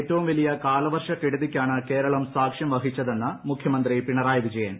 എറ്റവും വലിയ കാലവർഷക്കെടുതിക്കാണ് കേരളം സാക്ഷൃംവഹിച്ചതെന്ന് മുഖ്യമന്ത്രി പിണറായി വിജയൻ